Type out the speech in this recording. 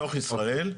בתוך ישראל,